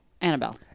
Annabelle